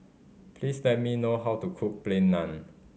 please tell me know how to cook Plain Naan